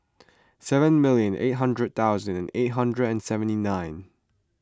seven million eight hundred thousand eight hundred and seventy nine